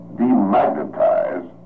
demagnetize